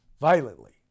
violently